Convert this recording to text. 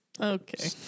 Okay